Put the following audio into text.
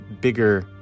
bigger